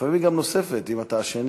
לפעמים היא גם נוספת, אם אתה השני.